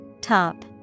Top